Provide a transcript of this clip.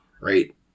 right